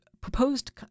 proposed